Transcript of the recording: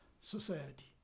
society